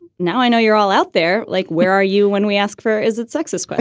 now i know you're all out there. like, where are you when we ask for. is it sexist?